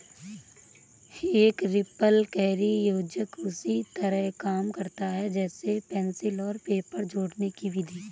एक रिपलकैरी योजक उसी तरह काम करता है जैसे पेंसिल और पेपर जोड़ने कि विधि